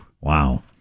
Wow